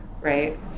Right